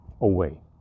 away